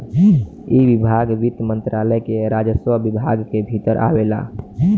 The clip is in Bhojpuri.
इ विभाग वित्त मंत्रालय के राजस्व विभाग के भीतर आवेला